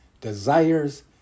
desires